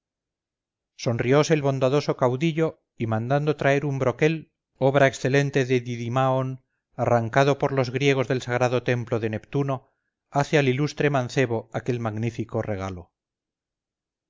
sonriose el bondadoso caudillo y mandando traer un broquel obra excelente de didimaon arrancado por los griegos del sagrado templo de neptuno hace al ilustre mancebo aquel magnífico regalo